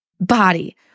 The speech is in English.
body